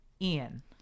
Ian